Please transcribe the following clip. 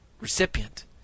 recipient